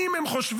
אם הם חושבים